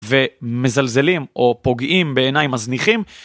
ומזלזלים או פוגעים, בעיניי מזניחים.